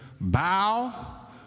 bow